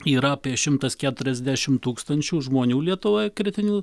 yra apie šimtas keturiasdešimt tūkstančių žmonių lietuvoj kritinių